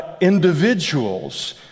individuals